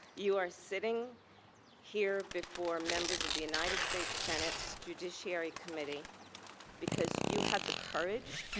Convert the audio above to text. you are sitting here before members of the united states senate judiciary committee because you had the courage